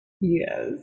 Yes